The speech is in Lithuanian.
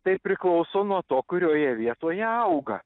tai priklauso nuo to kurioje vietoje auga